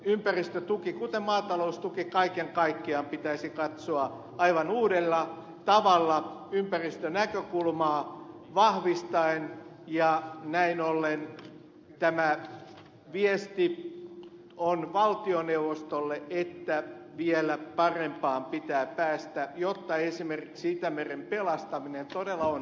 ympäristötuki kuten maataloustuki kaiken kaikkiaan pitäisi katsoa aivan uudella tavalla ympäristönäkökulmaa vahvistaen ja näin ollen tämä viesti on valtioneuvostolle että vielä parempaan pitää päästä jotta esimerkiksi itämeren pelastaminen todella onnistuu